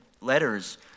letters